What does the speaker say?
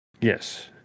Yes